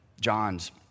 John's